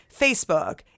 facebook